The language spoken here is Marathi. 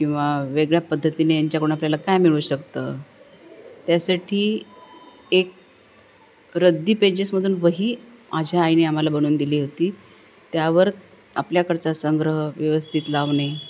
किंवा वेगळ्या पद्धतीने यांच्याकडून आपल्याला काय मिळू शकतं त्यासाठी एक रद्दी पेजेसमधून वही माझ्या आईने आम्हाला बनवून दिली होती त्यावर आपल्याकडचा संग्रह व्यवस्थित लावणे